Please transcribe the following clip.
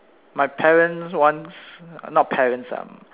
my parents once not parents ah